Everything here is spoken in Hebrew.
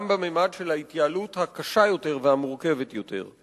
גם בממד של ההתייעלות הקשה יותר והמורכבת יותר.